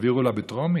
העבירו לה בטרומית.